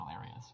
areas